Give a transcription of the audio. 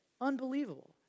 Unbelievable